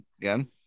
again